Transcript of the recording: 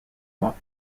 mois